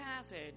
passage